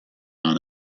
not